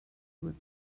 with